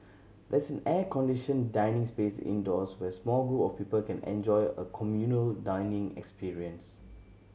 there's an air conditioned dining space indoors where small group of people can enjoy a communal dining experience